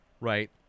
right